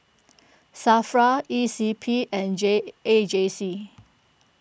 Safra E C P and J A J C